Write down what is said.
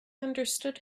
understood